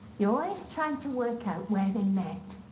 you're always trying to work out where they met.